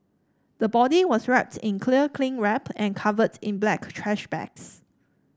the body was wrap's in clear cling wrap and covered in black trash bags